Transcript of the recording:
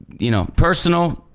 you know, personal